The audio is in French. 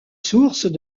sources